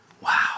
Wow